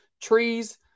trees